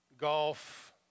golf